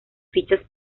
fichas